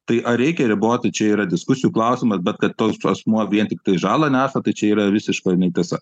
tai ar reikia riboti čia yra diskusijų klausimas bet kad toks asmuo vien tiktai žalą neša tai čia yra visiška netiesa